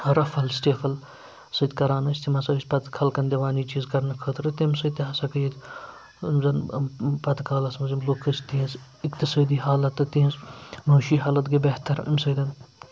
رَفل سٕٹیفٕل سۭتۍ کران ٲسۍ تِم ہسا ٲسۍ پتہٕ خلقن دِوان یہِ چیٖز کرنہٕ خٲطرٕ تَمہِ سۭتۍ تہِ ہسا گٔے ییٚتہِ یِم پَتہٕ کالَس منٛز یِم لُکھ ٲسۍ تِہٕنٛز اِقتِصٲدی حالت تہٕ تِہٕنٛز معٲشی حالت گٔے بہتر اَمہِ سۭتۍ